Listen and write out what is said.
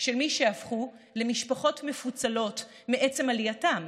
של מי שהפכו למשפחות מפוצלות מעצם עלייתן,